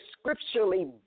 scripturally